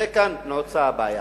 כאן נעוצה הבעיה.